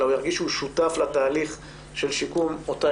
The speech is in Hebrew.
אלא ירגיש שהוא שותף לתהליך של שיקום אותה